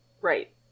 Right